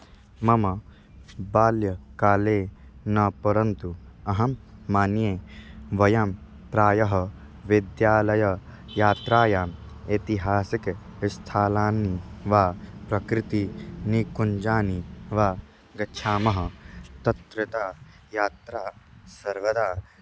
मम बाल्यकाले न परन्तु अहं मन्ये वयं प्रायः विद्यालययात्रायाम् ऐतिहासिकस्थालानि वा प्रकृतिनिकुञ्चनानि वा गच्छामः तत्रतः यात्रा सर्वदा